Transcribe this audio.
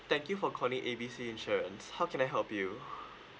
thank you for calling A B C insurance how can I help you